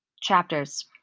chapters